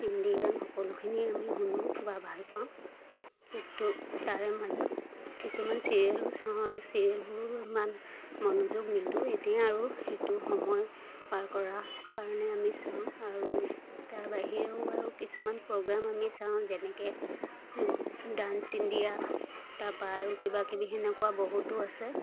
হিন্দী গান সকলোখিনিয়ে আমি শুনো বা ভাল পাওঁ তাৰে মাজত কিছুমান ছিৰিয়েলো চাওঁ আৰু ছিৰিয়েলবোৰো ইমান মনোযোগ নিদিওঁ এতিয়া আৰু সেইটো সময় পাৰ কৰা কাৰণে আমি চাওঁ আৰু তাৰ বাহিৰেও আৰু কিছুমান প্ৰগ্ৰাম আমি চাওঁ যেনেকৈ ডাঞ্চ ইণ্ডিয়া তাপা আৰু কিবাকিবি সেনেকুৱা বহুতো আছে